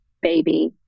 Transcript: baby